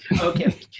Okay